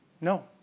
no